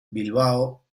bilbao